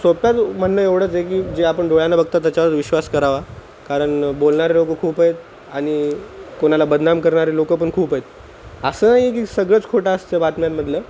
सोप्याच म्हणणं एवढंचं आहे की जे आपण डोळ्यांना बघतो त्याच्यावर विश्वास करावा कारण बोलणारे लोक खूप आहेत आणि कोणाला बदनाम करणारे लोक पण खूप आहेत असं नाही आहे की सगळंच खोटं असतं बातम्यांमधलं